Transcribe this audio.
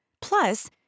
Plus